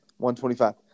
125